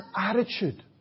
attitude